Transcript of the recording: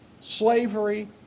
slavery